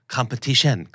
Competition